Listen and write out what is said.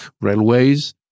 railways